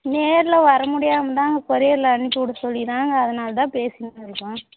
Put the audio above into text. நேரில் வர முடியாமதாங்க கொரியரில் அனுப்பிவிட சொல்லிதாங்க அதனால தான் பேசணுன்னு இருக்கேன்